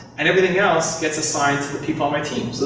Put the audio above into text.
and everything else gets assigned to the people on my team. so